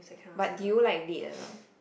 but did you like it or not